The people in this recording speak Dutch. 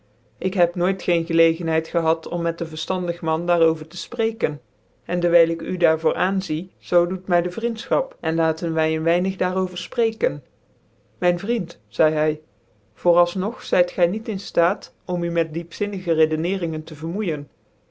ik heb nooit geen gclcgenthcid gehad om met een verftandig man daar over tc fprcken en dewyl ik u daar voor aanzie zoo doet my de vriendlchap cn haten wy een weinig daar over preken myn vriend zeidc hy voor als nog zyt gy niet in bar om u met diepzinnige redeneringen tc vermoeijen